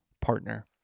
partner